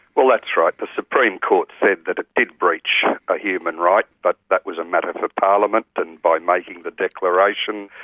well, that's right. the so court said that it did breach a human right, but that was a matter for parliament, and by making the declaration,